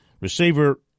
Receiver